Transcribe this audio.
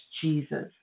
Jesus